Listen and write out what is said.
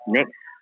Next